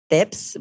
tips